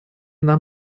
нам